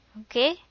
okay